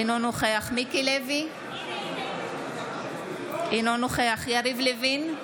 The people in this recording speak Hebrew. אינו נוכח מיקי לוי, אינו נוכח יריב לוין,